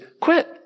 quit